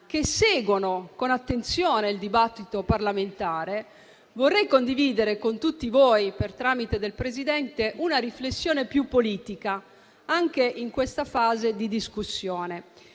che seguono con attenzione il dibattito parlamentare, vorrei però condividere con tutti voi, per il tramite del Presidente, una riflessione più politica anche in questa fase di discussione.